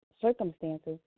circumstances